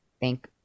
Thank